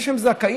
זה שהם זכאים,